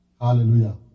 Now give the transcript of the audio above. Hallelujah